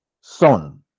Son